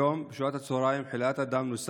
היום בשעות הצוהריים חלאת אדם נוס,